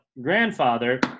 grandfather